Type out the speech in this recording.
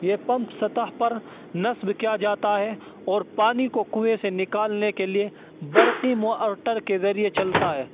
یہ پمپ سطح پر نصب کیا جاتا ہے اور پانی کو کویں سے نکالنے کے لیے برقی موٹر کے ذریعے چلتا ہے